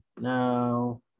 no